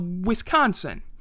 Wisconsin